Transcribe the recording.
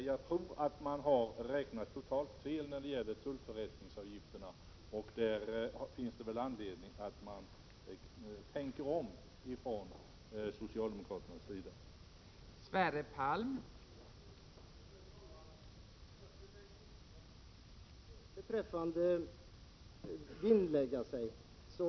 Jag tror att man har räknat totalt fel när det gäller tullförrättningsavgifterna och att det finns anledning för socialdemokraterna att tänka om.